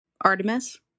Artemis